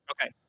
Okay